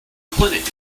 clinic